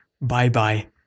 Bye-bye